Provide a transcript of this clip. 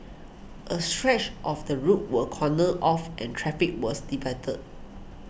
a stretch of the road was cordoned off and traffic was diverted